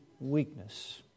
weakness